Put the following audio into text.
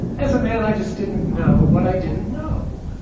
as a man, i just didn't know what i didn't know.